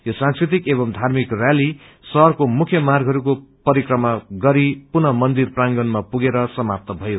यस सांस्कृतिक एवं धार्मिक रैलीले शहरको मुख्य मार्गको परिक्रमा गरि पुनः मन्दिर प्रागणमा पुगेर समाप्त भयो